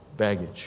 baggage